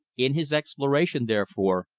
in his exploration, therefore,